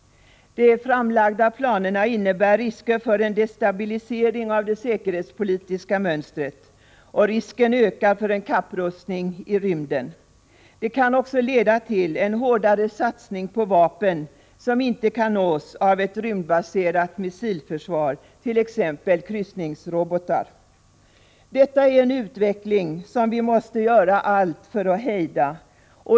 De framlagda planerna innebär risker för en destabilisering av det säkerhetspolitiska mönstret. Risken ökar för en kapprustning i rymden. De kan också leda till en hårdare satsning på vapen som inte kan nås av ett rymdbaserat missilförsvar, t.ex. kryssningsrobotar. Detta är en utveckling som vi måste göra allt för att hejda.